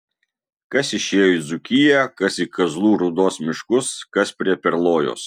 kas išėjo į dzūkiją kas į kazlų rūdos miškus kas prie perlojos